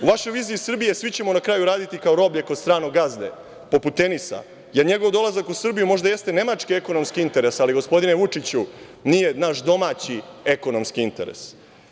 U vašoj viziji Srbije svi ćemo raditi kao roblje kod stranog gazde, poput Tenisa, jer njegov dolazak u Srbiju jeste možda nemački ekonomski interes, ali gospodine Vučiću, nije naš domaći ekonomski interes.